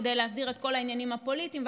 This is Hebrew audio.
כדי להסדיר את כל העניינים הפוליטיים,